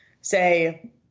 say